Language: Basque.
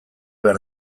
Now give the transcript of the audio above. behar